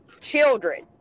children